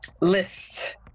list